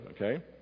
Okay